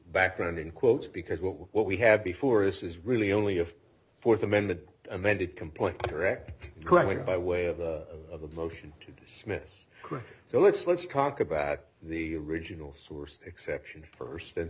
background in quotes because what we what we have before us is really only a fourth amended amended complaint direct quickly by way of of a motion to dismiss so let's let's talk about the original source exception first and